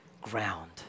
ground